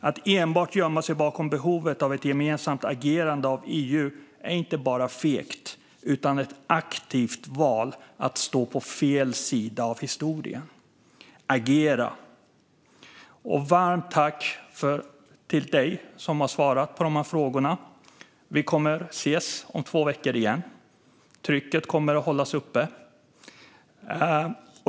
Att enbart gömma sig bakom behovet av ett gemensamt agerande av EU är inte bara fegt utan ett aktivt val att stå på fel sida av historien. Agera! Jag vill också säga varmt tack för till dig för att du har svarat på frågorna. Vi kommer att ses om två veckor igen. Trycket kommer att hållas uppe.